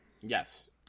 Yes